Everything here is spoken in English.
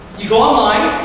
you go online,